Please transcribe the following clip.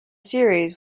series